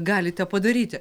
galite padaryti